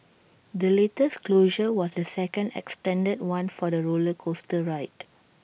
the latest closure was the second extended one for the roller coaster ride